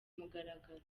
mugaragaro